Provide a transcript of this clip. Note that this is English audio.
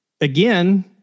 again